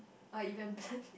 uh event planning